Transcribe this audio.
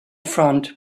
front